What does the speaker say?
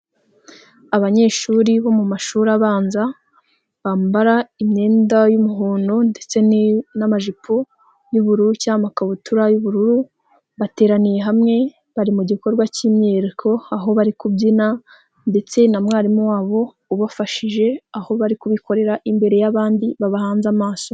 Abanyeshuri bo mu mashuri abanza bambara imyenda y'umuhondo ndetse n'amajipo y'ubururu cyangwa amakabutura y'ubururu, bateraniye hamwe bari mu gikorwa cy'imyiyereko aho bari kubyina, ndetse na mwarimu wabo ubafashije aho bari kubikorera imbere y'abandi babahanze amaso.